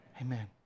Amen